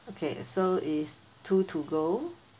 okay so is two to go